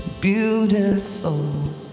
beautiful